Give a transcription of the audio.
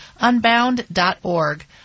Unbound.org